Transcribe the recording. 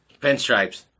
pinstripes